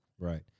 Right